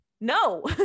No